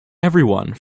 everyone